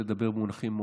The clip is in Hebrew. לדבר על כל דבר במונחים,